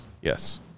yes